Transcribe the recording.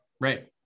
Right